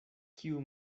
kiu